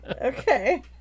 Okay